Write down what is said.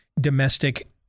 domestic